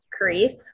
great